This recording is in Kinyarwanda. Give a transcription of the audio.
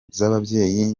z’ababyeyi